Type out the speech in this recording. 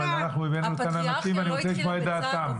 אבל אנחנו הבאנו לכאן אנשים ואני רוצה לשמוע את דעתם.